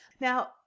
now